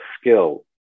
skill